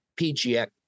PGX